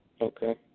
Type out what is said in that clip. Okay